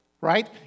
right